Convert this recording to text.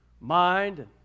mind